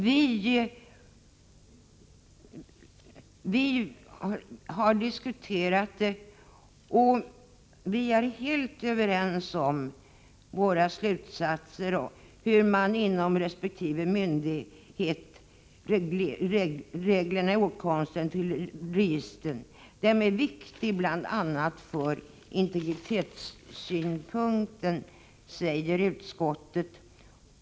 Vi är helt överens om slutsatserna vad gäller reglerna för resp. myndighets åtkomst till registren. Dessa regler är viktiga bl.a. från integritetssynpunkt, säger utskottet.